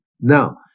Now